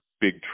big